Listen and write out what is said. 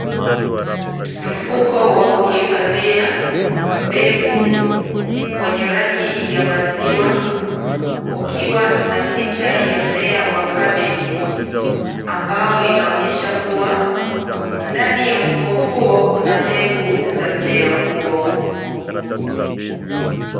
Mfuko wa kuhifadhia mbegu, wenye rangi ya maziwa, ukiwa na picha ya mmea wa kabeji ambao inaonyesha kuwa ndani ya mfuko huo kuna mbegu za mmea huo.